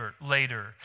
later